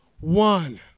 one